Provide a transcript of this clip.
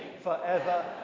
forever